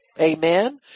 Amen